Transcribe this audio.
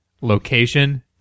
location